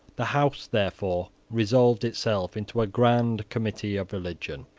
the house, therefore, resolved itself into a grand committee of religion,